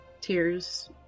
Tears